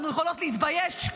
אנחנו יכולות להתבייש,